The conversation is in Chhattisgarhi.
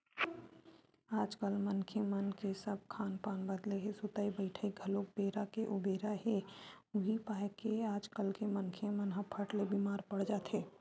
आजकल मनखे मन के सब खान पान बदले हे सुतई बइठई घलोक बेरा के उबेरा हे उहीं पाय के आजकल के मनखे मन ह फट ले बीमार पड़ जाथे